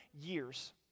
years